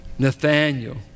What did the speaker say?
Nathaniel